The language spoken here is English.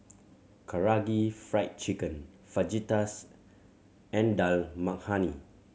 Karaage Fried Chicken Fajitas and Dal Makhani